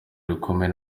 rukomeye